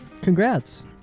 Congrats